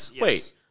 wait